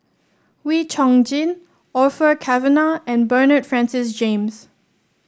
Wee Chong Jin Orfeur Cavenagh and Bernard Francis James